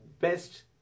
best